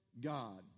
God